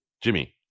Jimmy